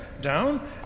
down